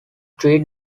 three